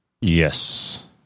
Yes